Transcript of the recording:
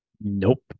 Nope